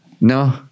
No